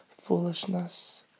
foolishness